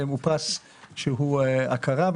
הוא הכרה,